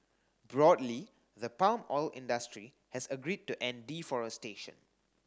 broadly the palm oil industry has agreed to end deforestation